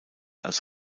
als